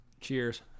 Cheers